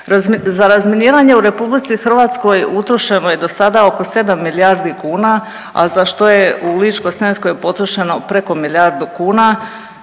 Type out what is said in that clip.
Za razminiranje u Republici Hrvatskoj utrošeno je do sada oko 7 milijardi kuna, a za što je u Ličko-senjskoj potrošeno preko milijardu kuna.